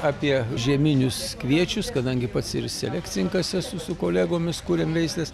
apie žieminius kviečius kadangi pats ir selekcininkas esu su kolegomis kuriam veisles